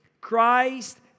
Christ